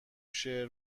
شعر